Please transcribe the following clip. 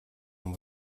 хүн